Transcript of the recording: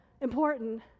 important